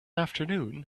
afternoon